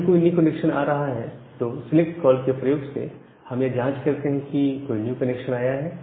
जब भी कोई न्यू कनेक्शन आ रहा है तो सिलेक्ट कॉल के प्रयोग से हम यह जांच करते हैं कि कोई न्यू कनेक्शन आया है